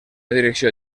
direcció